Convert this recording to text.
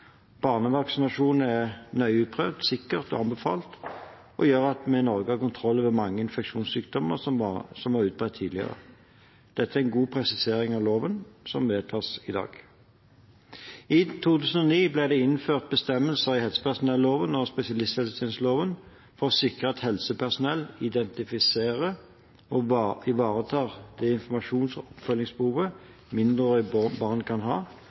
Barnevaksinasjon er nøye utprøvd, sikkert og anbefalt og gjør at vi i Norge har kontroll over mange infeksjonssykdommer som var utbredt tidligere. Dette er en god presisering av loven, som vedtas i dag. I 2009 ble det innført bestemmelser i helsepersonelloven og spesialisthelsetjenesteloven for å sikre at helsepersonell identifiserer og ivaretar det informasjons- og oppfølgingsbehovet mindreårige barn kan ha